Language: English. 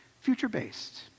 future-based